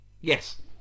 Yes